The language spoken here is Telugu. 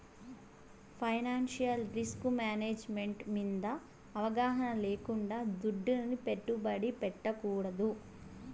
ఫైనాన్సియల్ రిస్కుమేనేజ్ మెంటు మింద అవగాహన లేకుండా దుడ్డుని పెట్టుబడి పెట్టకూడదు